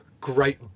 great